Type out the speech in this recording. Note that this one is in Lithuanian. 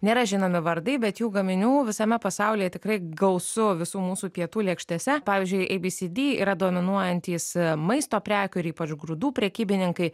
nėra žinomi vardai bet jų gaminių visame pasaulyje tikrai gausu visų mūsų pietų lėkštėse pavyzdžiui ei bi si di yra dominuojantys maisto prekių ir ypač grūdų prekybininkai